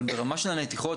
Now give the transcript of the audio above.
אבל ברמה של הנתיחות,